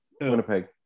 Winnipeg